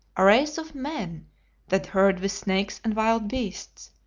a race of men that herd with snakes and wild beasts,